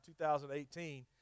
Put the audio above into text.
2018